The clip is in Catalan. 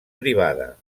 privada